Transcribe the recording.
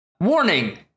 Warning